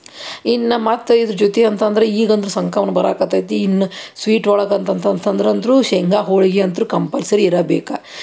ಇನ್ನು ಮತ್ತು ಇದ್ರ ಜೊತೆ ಅಂತಂದ್ರೆ ಈಗ ಅಂದ್ರೆ ಸಂಕ್ರಮಣ್ ಬರಾಕ್ಕತ್ತೈತಿ ಇನ್ನು ಸ್ವೀಟ್ ಒಳಗೆ ಅಂತಂತ ಅಂತಂದ್ರೆ ಅಂದರೂ ಶೇಂಗಾ ಹೋಳ್ಗೆ ಅಂತು ಕಂಪಲ್ಸರಿ ಇರಬೇಕು